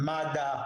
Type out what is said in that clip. מד"א,